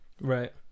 Right